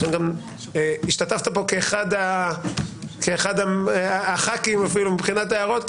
השתתפת כאן כאחד חברי הכנסת מבחינת ההערות.